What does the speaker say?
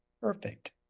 perfect